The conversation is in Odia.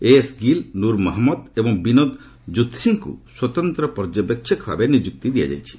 ଏଏସ୍ ଗିଲ୍ ନୁର ମହମ୍ମଦ ଏବଂ ବିନୋଦ ଜୁଥ୍ସିଙ୍କୁ ସ୍ୱତନ୍ତ୍ର ପର୍ଯ୍ୟବେକ୍ଷକ ଭାବେ ନିଯୁକ୍ତି ଦିଆଯାଇଛି